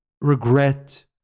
regret